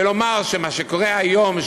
ולומר שמה שקורה היום,